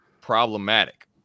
problematic